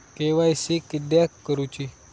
KYC किदयाक करूची?